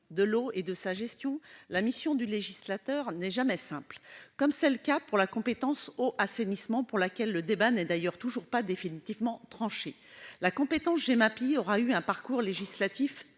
de l'eau et de sa gestion, la mission du législateur n'est jamais simple. Comme c'est le cas pour la compétence « eau et assainissement », pour laquelle le débat n'est d'ailleurs toujours pas définitivement tranché, la compétence Gemapi aura eu un parcours législatif